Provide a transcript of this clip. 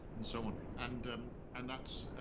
and so on. and um and that's,